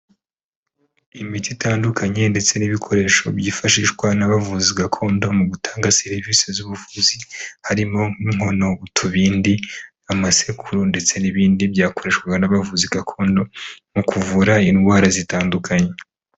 Imiti itandukanye ndetse n'ibikoresho byifashishwa n'abavuzi gakondo mu gutanga serivisi z'ubuvuzi, harimo nk'inkono, utubindi, amasekuru ndetse n'ibindi, byakoreshwaga n'abavuzi gakondo mu kuvura indwara zitandukanye.